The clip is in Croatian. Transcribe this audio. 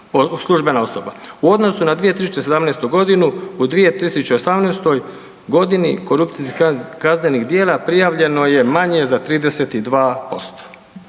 U odnosu na 2017.g. u 2018.g. korupcijskih kaznenih djela prijavljeno je manje za 32%.